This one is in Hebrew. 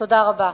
תודה רבה.